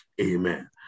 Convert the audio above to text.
Amen